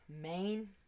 main